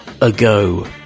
Ago